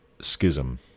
schism